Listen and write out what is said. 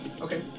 Okay